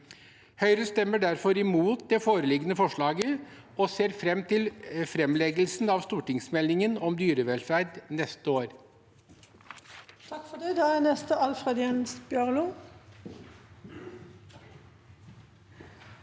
Høyre stemmer derfor imot det foreliggende forslaget og ser fram til framleggelsen av stortingsmeldingen om dyrevelferd neste år.